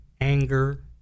anger